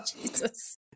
Jesus